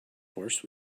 course